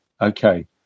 okay